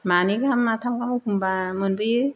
मानै गाहाम माथाम गाहाम एखमब्ला मोनबोयो